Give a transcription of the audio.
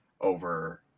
over